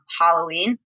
Halloween